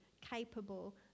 capable